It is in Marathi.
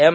एम